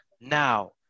now